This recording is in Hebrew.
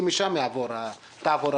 כי משם תעבור הרכבת,